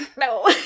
No